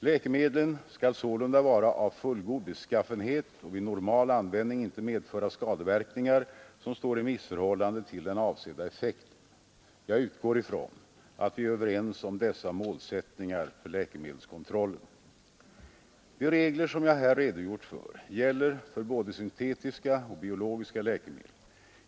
Läkemedlen skall sålunda vara av fullgod beskaffenhet och vid normal användning inte medföra skadeverkningar som står i miss förhållande till den avsedda effekten. Jag utgår ifrån att vi är överens om dessa målsättningar för läkemedelskontrollen. De regler som jag här redogjort för gäller för både syntetiska och biologiska läkemedel.